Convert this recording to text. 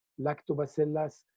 lactobacillus